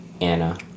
Anna